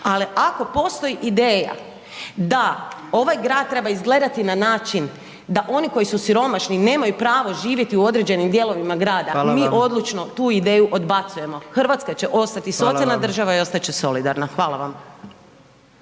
Ali ako postoji ideja da ovaj grad treba izgledati na način da oni koji su siromašni nemaju pravo živjeti u određenim dijelovima grada …/Upadica: Hvala vam/…mi odlučno tu ideju odbacujemo, RH će ostati socijalna …/Upadica: Hvala vam/…država i ostat će solidarna. Hvala vam.